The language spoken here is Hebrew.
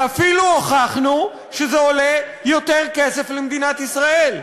ואפילו הוכחנו שזה עולה יותר כסף למדינת ישראל.